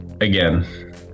again